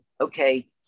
okay